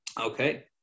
Okay